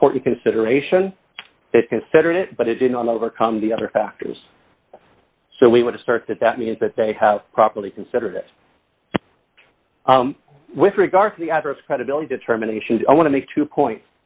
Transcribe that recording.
important consideration consider it but it didn't on overcome the other factors so we want to start that that means that they have properly considered it with regard to the address credibility determination i want to make two point